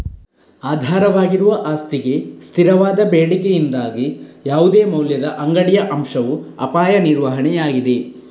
ಆಧಾರವಾಗಿರುವ ಆಸ್ತಿಗೆ ಸ್ಥಿರವಾದ ಬೇಡಿಕೆಯಿಂದಾಗಿ ಯಾವುದೇ ಮೌಲ್ಯದ ಅಂಗಡಿಯ ಅಂಶವು ಅಪಾಯ ನಿರ್ವಹಣೆಯಾಗಿದೆ